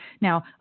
Now